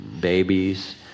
babies